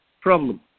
problem